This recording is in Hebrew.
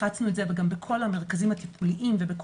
הפצנו את זה גם בכל המרכזים הטיפוליים ובכל